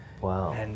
Wow